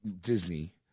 Disney